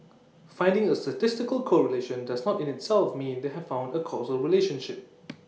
finding A statistical correlation does not in itself mean they have found A causal relationship